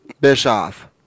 Bischoff